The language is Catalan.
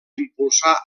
impulsà